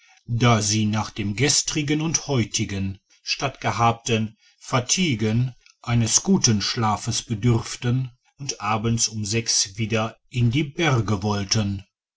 da sie nach den gestrigen und heutigen stattgehabten fatiguen eines guten schlafes bedürften und abends um sechs wieder in die berge wollten